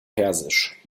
persisch